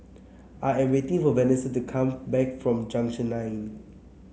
I am waiting for Venessa to come back from Junction Nine